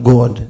God